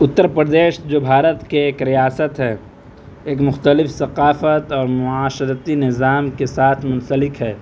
اُتّرپردیش جو بھارت کی ایک ریاست ہے ایک مختلف ثقافت اور معاشرتی نظام کے ساتھ منسلک ہے